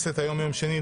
היום יום שני,